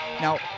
now